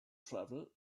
travel